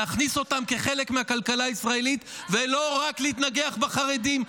להכניס אותם כחלק מהכלכלה הישראלית ולא רק להתנגח בחרדים,